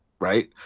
right